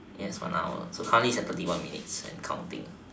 yes one hour so currently it's at thirty one minutes and counting